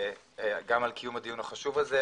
גם על קיום הדיון החשוב הזה,